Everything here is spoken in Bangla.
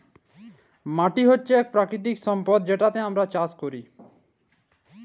মাটি হছে ইক পাকিতিক সম্পদ যেটতে আমরা চাষ ক্যরি